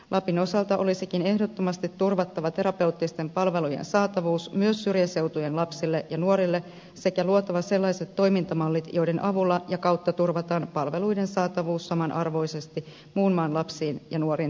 lapin osalta olisikin ehdottomasti turvattava terapeuttisten palvelujen saatavuus myös syrjäseutujen lapsille ja nuorille sekä luotava sellaiset toimintamallit joiden avulla ja kautta turvataan palveluiden saatavuus samanarvoisesti muun maan lapsiin ja nuoriin verrattuna